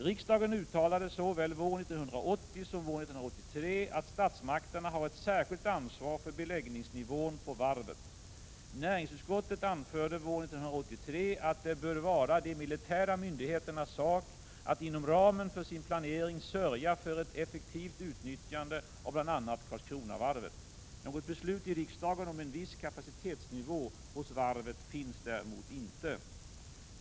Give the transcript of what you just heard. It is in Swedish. Riksdagen uttalade såväl våren 1980 som våren 1983 att statsmakterna har ett särskilt ansvar för beläggningsnivån på varvet. Näringsutskottet anförde våren 1983 att det bör vara de militära myndigheternas sak att inom ramen för sin planering sörja för ett effektivt utnyttjande av bl.a. Karlskronavarvet. Något beslut i riksdagen om en viss kapacitetsnivå hos varvet finns däremot inte.